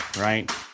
right